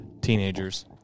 Teenagers